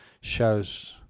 shows